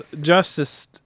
justice